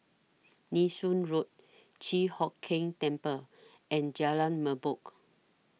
Nee Soon Road Chi Hock Keng Temple and Jalan Merbok